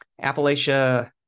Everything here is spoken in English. Appalachia